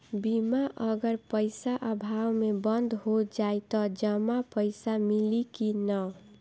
बीमा अगर पइसा अभाव में बंद हो जाई त जमा पइसा मिली कि न?